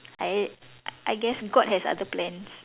I I guess god has other plans